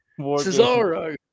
Cesaro